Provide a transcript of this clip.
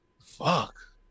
Fuck